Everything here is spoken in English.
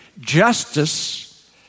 justice